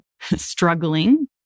struggling